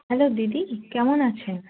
hello দিদি কেমন আছেন